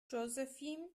josephine